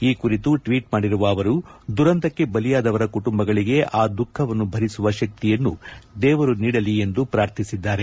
ಈ ಕುರಿತು ಟ್ವೀಟ್ ಮಾಡಿರುವ ಅವರು ದುರಂತಕ್ಕೆ ಬಲಿಯಾದವರ ಕುಟುಂಬಗಳಿಗೆ ಆ ದುಃಖವನ್ನು ಭರಿಸುವ ಶಕ್ತಿಯನ್ನು ದೇವರು ನೀಡಲಿ ಎಂದು ಪಾರ್ಥಿಸಿದ್ದಾರೆ